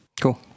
Cool